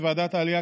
בוועדת העלייה,